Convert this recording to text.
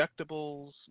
injectables